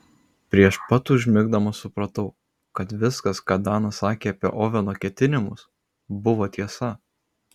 prieš pat užmigdamas supratau kad viskas ką danas sakė apie oveno ketinimus buvo tiesa